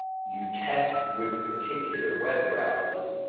you test with particular web browsers,